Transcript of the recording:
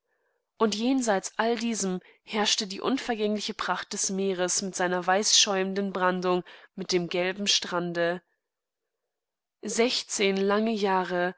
und jenseits all diesem herrschte die unvergängliche pracht des meeres mit seiner weißschäumendenbrandung mitdemgelbenstrande sechzehn lange jahre